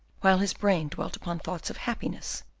while his brain dwelt upon thoughts of happiness,